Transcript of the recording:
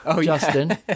Justin